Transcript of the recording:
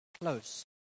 close